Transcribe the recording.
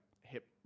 hip